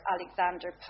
Alexander